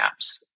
apps